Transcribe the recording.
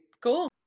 Cool